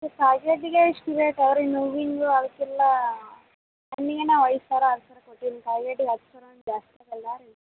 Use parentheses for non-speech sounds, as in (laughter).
ಕಾಲು K ಜಿಗೇ ಇಷ್ಟು rate ಅವ್ರಿನ್ನು ಹೂವಿಂಗೂ ಅವಕ್ಕೆಲ್ಲ ಹಣ್ಣಿಗೆ ನಾವು ಐದು ಸಾವಿರ ಆರು ಸಾವಿರ ಕೊಟ್ಟಿನಿ (unintelligible) ಹತ್ತು ಸಾವಿರ ಜಾಸ್ತಿ ಆಗಲ್ವಾ ರೀ